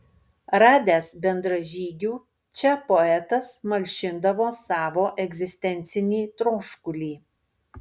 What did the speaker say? radęs bendražygių čia poetas malšindavo savo egzistencinį troškulį